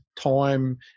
time